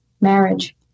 marriage